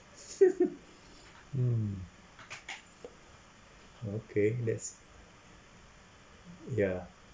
mm okay let's ya